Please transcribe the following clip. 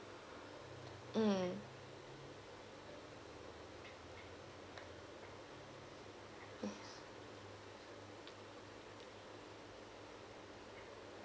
mm